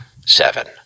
Seven